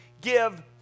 give